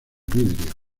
vidrio